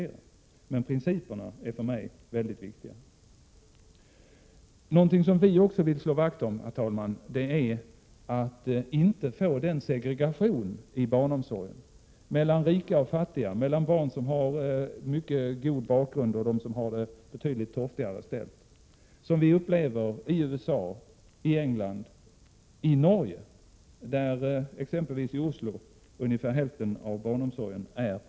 Men principerna är för mig väldigt viktiga. Någonting som vi också vill slå vakt om, herr talman, är att inte få den segregation i barnomsorgen mellan rika och fattiga, mellan barn som har mycket god bakgrund och barn till föräldrar som har det betydligt torftigare ställt, som finns i USA, i England och i Norge. I exempelvis Oslo är ungefär hälften av barnomsorgen privat.